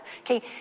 Okay